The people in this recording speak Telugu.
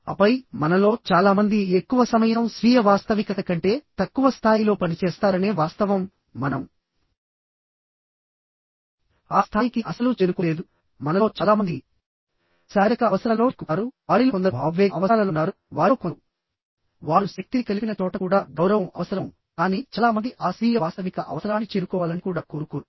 ఆపై మనలో చాలా మంది ఎక్కువ సమయం స్వీయ వాస్తవికత కంటే తక్కువ స్థాయిలో పనిచేస్తారనే వాస్తవం మనం ఆ స్థాయికి అస్సలు చేరుకోలేదు మనలో చాలా మంది శారీరక అవసరాలలో చిక్కుకున్నారు వారిలో కొందరు భావోద్వేగ అవసరాలలో ఉన్నారు వారిలో కొందరు వారు శక్తిని కలిపిన చోట కూడా గౌరవం అవసరం కానీ చాలా మంది ఆ స్వీయ వాస్తవికత అవసరాన్ని చేరుకోవాలని కూడా కోరుకోరు